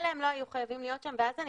מילא הם לא היו חייבים להיות שם ואז אני